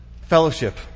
Fellowship